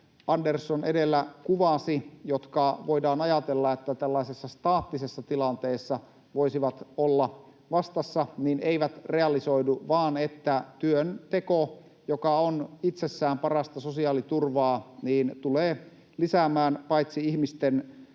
Andersson edellä kuvasi — joista voidaan ajatella, että tällaisessa staattisessa tilanteessa ne voisivat olla vastassa — eivät realisoidu vaan että työnteko, joka on itsessään parasta sosiaaliturvaa, tulee lisäämään paitsi ihmisten